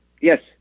Yes